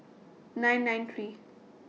nine nine three